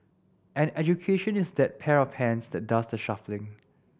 and education is that pair of hands that does the shuffling